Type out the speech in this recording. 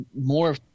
more